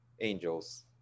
angels